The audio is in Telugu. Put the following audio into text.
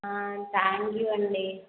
థ్యాంక్ యూ అండి